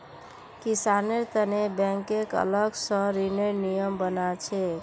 किसानेर तने बैंकक अलग स ऋनेर नियम बना छेक